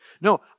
No